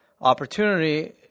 opportunity